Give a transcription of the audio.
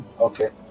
Okay